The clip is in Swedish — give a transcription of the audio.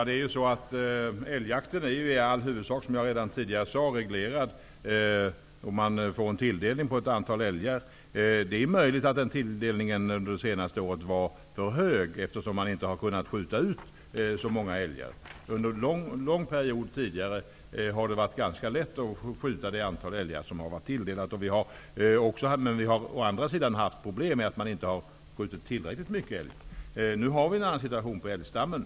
Herr talman! Älgjakten är, som jag redan sade, till största delen reglerad. Man får en tilldelning på ett antal älgar. Det är möjligt att den tilldelningen har varit för hög under det senaste året, eftersom man inte har kunnat skjuta så många älgar. Under en lång period har det tidigare varit ganska lätt att skjuta det antal älgar som man har fått sig tilldelat. Vi har då haft problem med att man inte har skjutit tillräckligt många älgar. Nu har vi en annan situation när det gäller älgstammen.